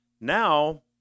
Now